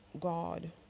God